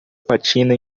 patina